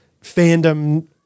fandom